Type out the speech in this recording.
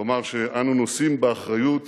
- כלומר שאנו נושאים באחריות